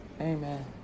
Amen